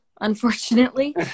unfortunately